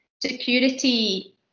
security